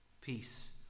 peace